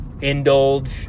indulge